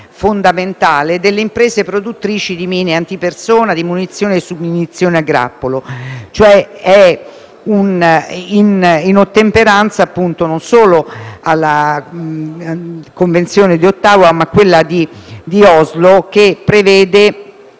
fondamentale - delle imprese produttrici di mine antipersona, di munizioni e submunizioni a grappolo, in ottemperanza non solo alla Convenzione di Ottawa, ma anche a quella di Oslo, che prevede